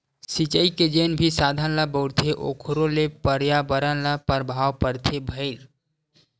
सिचई के जेन भी साधन ल बउरथे ओखरो ले परयाबरन ल परभाव परथे भईर